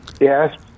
Yes